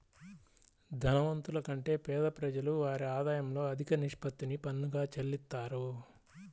ధనవంతుల కంటే పేద ప్రజలు వారి ఆదాయంలో అధిక నిష్పత్తిని పన్నుగా చెల్లిత్తారు